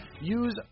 Use